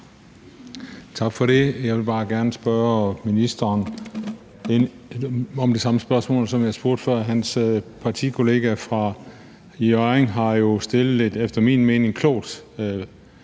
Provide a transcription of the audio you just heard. Tak for det. Jeg vil bare gerne spørge ministeren om det samme, som jeg spurgte om før. Hans partikollega fra Hjørring har jo fremført et efter min mening klogt